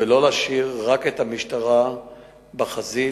ולא להשאיר רק את המשטרה בחזית,